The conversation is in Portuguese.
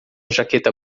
jaqueta